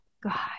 God